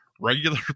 regular